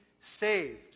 saved